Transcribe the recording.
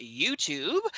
YouTube